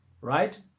right